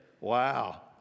Wow